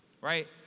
Right